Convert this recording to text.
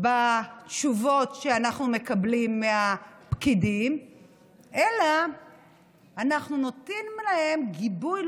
בתשובות שאנחנו מקבלים מהפקידים אלא אנחנו נותנים להם גיבוי,